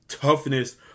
toughness